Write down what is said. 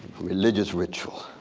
religion ritual,